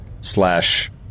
slash